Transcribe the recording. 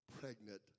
pregnant